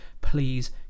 please